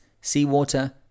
seawater